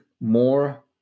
more